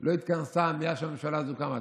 לא התכנסה מאז שהממשלה הזאת קמה.